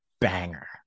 banger